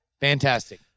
fantastic